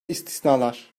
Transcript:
istisnalar